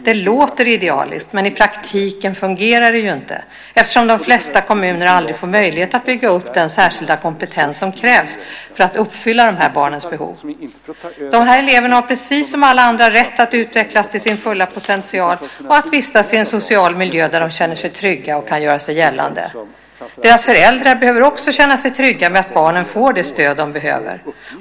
Det låter idealiskt, men i praktiken fungerar det inte eftersom de flesta kommuner aldrig får möjlighet att bygga upp den särskilda kompetens som krävs för att uppfylla dessa barns behov. De eleverna har, precis som alla andra, rätt att utvecklas till sin fulla potential och vistas i en social miljö där de känner sig trygga och kan göra sig gällande. Deras föräldrar måste dessutom kunna känna sig trygga med att barnen får det stöd de behöver.